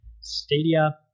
Stadia